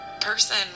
person